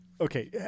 Okay